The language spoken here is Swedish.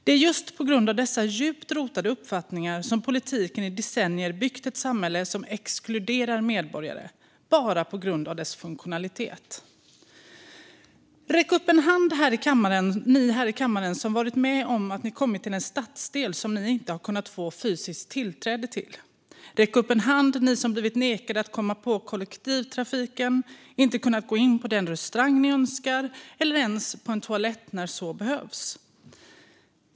Det är just på grund av dessa djupt rotade uppfattningar som politiken i decennier byggt ett samhälle som exkluderar medborgare bara på grund av deras funktionalitet. Räck upp en hand, ni här i kammaren som varit med om att ni kommit till en stadsdel som ni inte kunnat få fysiskt tillträde till! Räck upp en hand, ni som blivit nekade att komma på kollektivtrafiken eller inte kunnat gå in på den restaurang ni önskat eller ens på en toalett när så behövts!